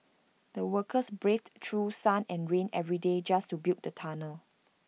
the workers braved through sun and rain every day just to build the tunnel